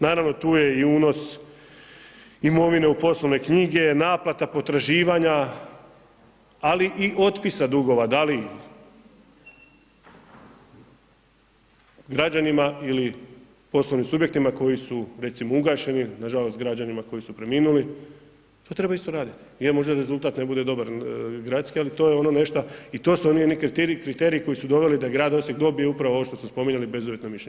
Naravno, tu je i unos imovine u poslovne knjige, naplata potraživanja, ali i otpisa dugova, da li građanima ili poslovnim subjektima koji su recimo ugašeni, nažalost građanima koji su preminuli, to treba isto raditi gdje možda rezultat ne bude dobar gradski ali to je ono nešto i to su oni kriteriji koji su doveli da grad Osijek dobije upravo ovo što ste spominjali, bezuvjetno mišljenje.